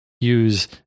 use